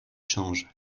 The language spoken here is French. changent